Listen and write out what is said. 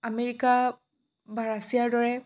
America বা ৰাছিয়াৰ দৰে